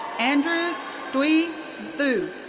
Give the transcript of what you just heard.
andrew duy vu.